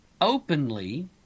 openly